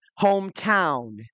hometown